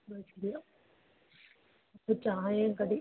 അത് ശരിയാണ് ഈ ചായയും കടി